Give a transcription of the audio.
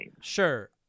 Sure